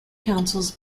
councils